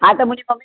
हा त मुंहिंजी ममी